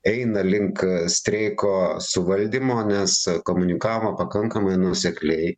eina link streiko suvaldymo nes komunikavo pakankamai nuosekliai